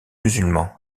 musulmans